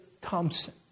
Thompson